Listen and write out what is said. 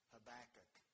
Habakkuk